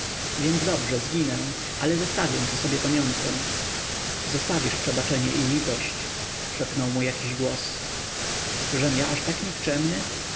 więc dobrze zginę ale zostawię po sobie pamiątkę zostawisz przebaczenie i litość szepnął mu jakiś głos czyżem ja aż tak